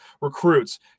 recruits